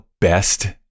best